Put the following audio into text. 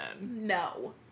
No